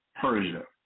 Persia